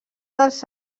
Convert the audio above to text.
dels